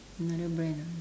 another brand ah